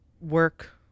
work